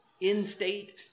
in-state